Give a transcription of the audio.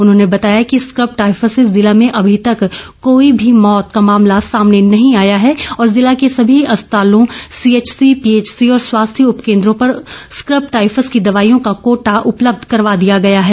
उन्होंने बताया कि स्क्रब टायफस से जिला में अभी तक कोई भी मौत का मामला सामने नहीं आया है और जिला के सभी अस्पतालों C H C P H C और स्वास्थ्य उपकेंद्रों पर स्क्रब टायफस की दवाईयों का कोटा उपलब्ध करवा दिया गया है